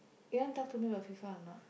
you want talk to me about FIFA or not